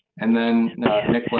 and then nick,